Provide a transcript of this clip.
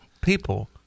people